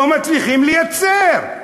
לא מצלחים לייצר.